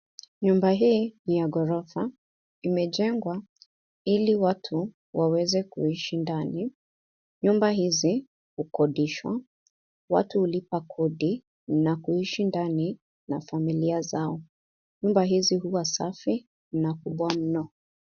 Nyumba hii ni ya ghorofa. Imejengwa ili watu waweze kuishi ndani. Nyumba hizi hukodishwa. Watu hulipa kodi na kuishi ndani na familia zao. Nyumba hizi huwa safi na kubwa mno.